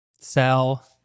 Sell